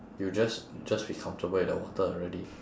you just just be comfortable in the water really